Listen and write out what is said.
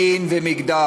מין ומגדר.